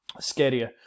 scarier